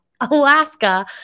Alaska